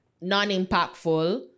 non-impactful